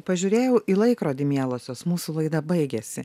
pažiūrėjau į laikrodį mielosios mūsų laida baigėsi